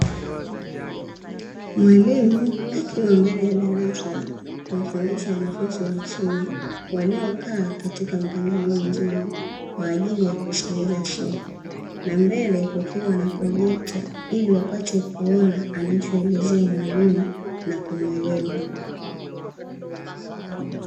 Mwalimu akiwa mbele ya darasa anafundisha wanafunzi wa chuo waliokaa katika mpangilio mzuri kwa ajili ya kusikiliza somo. Na mbele kukiwa na projekta ili wapate kuona anachoelezea mwalimu na kuelewa.